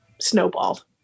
snowballed